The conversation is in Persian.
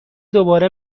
دوباره